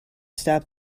stop